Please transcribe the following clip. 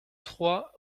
trois